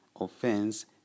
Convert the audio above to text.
offense